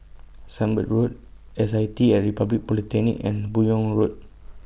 Sunbird Road S I T Republic Polytechnic and Buyong Road